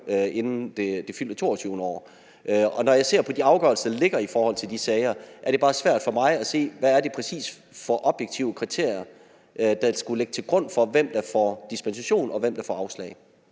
inden det fyldte 22. år. Når jeg ser på de afgørelser, der ligger i forhold til de sager, er det bare svært for mig at se, hvad det præcis er for objektive kriterier, der skulle ligge til grund for, hvem der får dispensation, og hvem der får afslag.